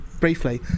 briefly